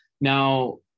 now